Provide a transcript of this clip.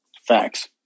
Facts